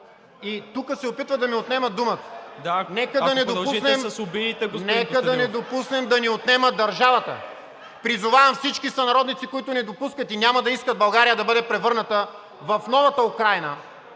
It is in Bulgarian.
Костадинов. КОСТАДИН КОСТАДИНОВ: Нека да не допуснем да ни отнемат държавата! Призовавам всички сънародници, които не допускат и няма да искат България да бъде превърната в новата Украйна